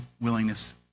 willingness